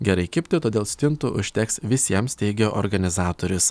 gerai kibti todėl stintų užteks visiems teigia organizatorius